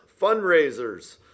fundraisers